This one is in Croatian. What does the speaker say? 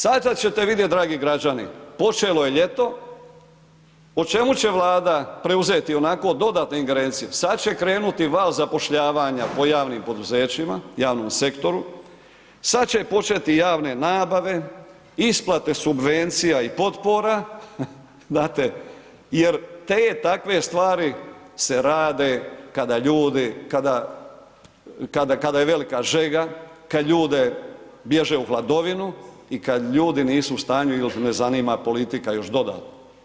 Sada ćete vidjet dragi građani, počelo je ljeto, o čemu će Vlada preuzeti ionako dodatne ingerencije, sad će krenuti val zapošljavanja po javnim poduzećima, javnom sektoru, sad će početi javne nabave, isplate subvencija i potpora znate jer te, takve stvari se rade kada ljudi, kada, kada, kada je velika žega, kad ljudi bježe u hladovinu i kad ljudi nisu u stanju il ih ne zanima politika još dodatno.